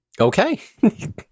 Okay